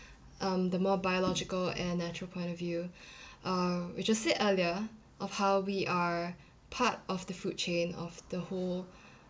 um the more biological and natural point of view uh which I said earlier of how we are part of the food chain of the whole